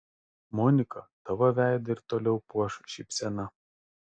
monika tavo veidą ir toliau puoš šypsena